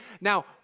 Now